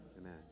Amen